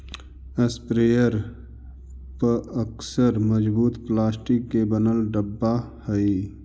sprayer पअक्सर मजबूत plastic के बनल डब्बा हई